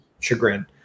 chagrin